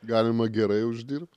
galima gerai uždirbt